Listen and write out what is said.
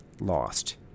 lost